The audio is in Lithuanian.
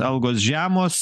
algos žemos